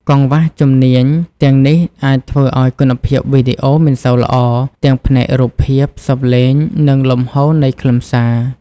កង្វះជំនាញទាំងនេះអាចធ្វើឲ្យ គុណភាពវីដេអូមិនសូវល្អ ទាំងផ្នែករូបភាព សំឡេង និងលំហូរនៃខ្លឹមសារ។